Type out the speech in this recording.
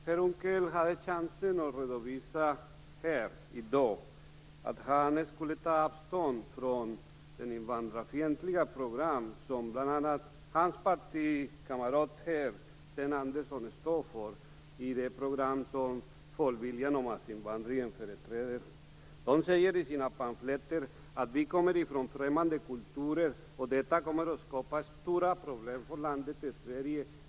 Fru talman! Per Unckel hade chansen att här i dag ta avstånd från det invandrarfientliga program som bl.a. hans partikamrat Sten Andersson står för i det program som Folkviljan och massinvandringen företräder. De säger i sina pamfletter att vi kommer från främmande kulturer och detta kommer att skapa stora problem för landet Sverige.